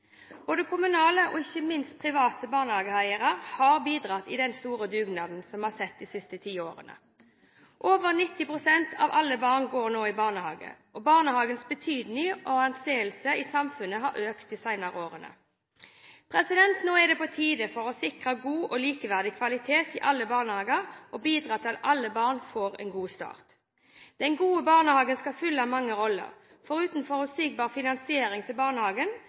barnehagedekning. Både kommunale og ikke minst private barnehageeiere har bidratt i den store dugnaden som vi har sett de siste ti årene. Over 90 pst. av alle barn går nå i barnehage, og barnehagens betydning og anseelse i samfunnet har økt de senere årene. Nå er det på tide å sikre god og likeverdig kvalitet i alle barnehager og bidra til at alle barn får en god start. Den gode barnehagen skal fylle mange roller. Foruten forutsigbar finansiering til